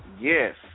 Yes